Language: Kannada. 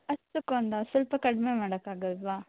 ಅಷ್ಟು ಕೊಂಡ ಸ್ವಲ್ಪ ಕಡಿಮೆ ಮಾಡಕ್ಕಾಗಲ್ವ